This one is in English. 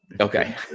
Okay